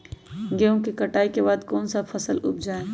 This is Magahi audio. गेंहू के कटाई के बाद कौन सा फसल उप जाए?